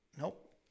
Nope